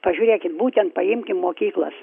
pažiūrėkit būtent paimkim mokyklas